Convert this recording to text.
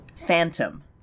Phantom